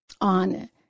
on